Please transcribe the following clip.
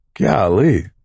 Golly